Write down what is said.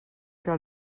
que